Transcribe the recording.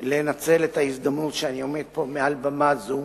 לנצל את ההזדמנות שאני עומד פה מעל במה זו,